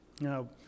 Now